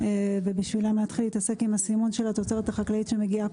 ובשבילם להתחיל להתעסק עם הסימון של התוצרת החקלאית שמגיעה